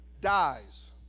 dies